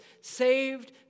saved